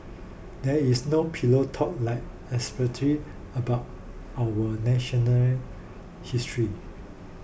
there is no pillow talk like excerpted about our national history